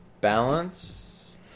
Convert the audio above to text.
balance